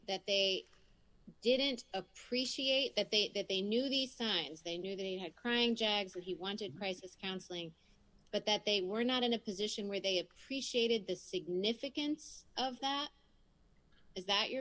that they didn't appreciate that they that they knew the signs they knew they had crying jags that he wanted crisis counseling but that they were not in a position where they appreciated the significance of that is that your